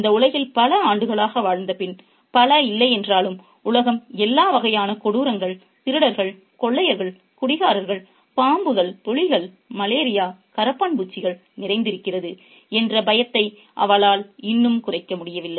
இந்த உலகில் பல ஆண்டுகளாக வாழ்ந்தபின் பல இல்லை என்றாலும் உலகம் எல்லா வகையான கொடூரங்கள் திருடர்கள் கொள்ளையர்கள் குடிகாரர்கள் பாம்புகள் புலிகள் மலேரியா கரப்பான் பூச்சிகள் நிறைந்திருக்கிறது என்ற பயத்தை அவளால் இன்னும் குறைக்க முடியவில்லை